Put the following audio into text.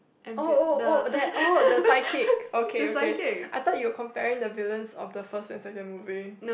oh oh oh that oh the five kick okay okay I thought you comparing the villians of the first and second movie